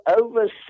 over